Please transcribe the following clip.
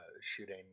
shooting